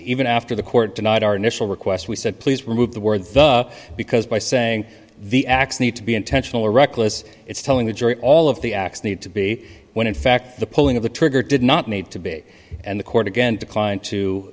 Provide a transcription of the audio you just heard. even after the court denied our initial request we said please remove the words because by saying the acts need to be intentional or reckless it's telling the jury all of the acts need to be when in fact the pulling of the trigger did not need to be and the court again declined to